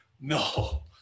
No